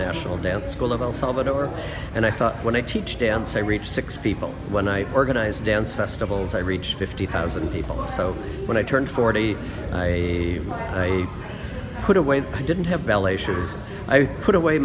national dance school of el salvador and i thought when i teach dance i reach six people when i organize dance festivals i reach fifty thousand people so when i turn forty i i put away i didn't have ballet shoes i put away